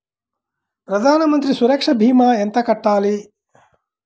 ప్రధాన మంత్రి సురక్ష భీమా ఎంత కట్టాలి?